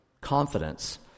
confidence